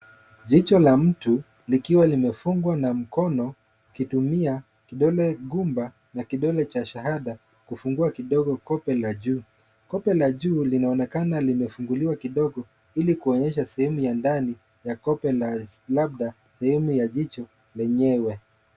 Jicho la mtu likiwa limefungwa na mkono ukitumia kidole gumba na kidole cha shahada kufungua kidogo kope la juu. Kope la juu linaonekana limefunguliwa kidogo ili kuonyesha sehemu ya ndani ya kope labda sehemu ya jicho lenyewe.